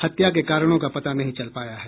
हत्या के कारणों का पता नहीं चल पाया है